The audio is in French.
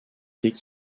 qu’il